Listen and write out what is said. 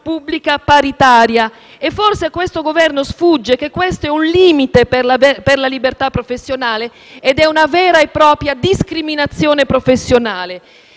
pubblica paritaria. Forse a questo Governo sfugge che questo è un limite per la libertà professionale ed è una vera e propria discriminazione professionale.